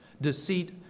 deceit